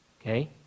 okay